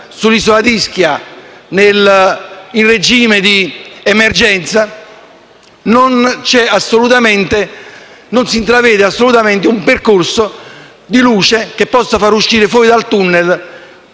siamo ancora in regime di emergenza; non si intravede assolutamente un percorso di luce che possa far uscire dal *tunnel*